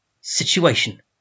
situation